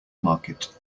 market